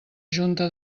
junta